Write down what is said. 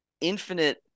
infinite